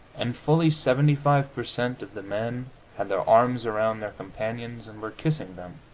and fully seventy five per cent. of the men had their arms around their companions, and were kissing them.